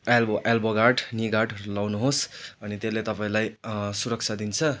elbow elbow guard नि गार्डहरू लाउनुहोस् अनि त्यसले तपाईँलाई सुरक्षा दिन्छ